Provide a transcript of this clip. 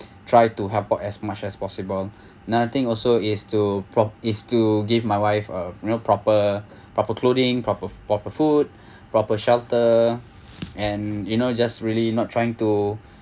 try to help out as much as possible nothing also is to prop~ is to give my wife uh you know proper proper clothing proper proper food proper shelter and you know just really not trying to